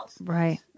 Right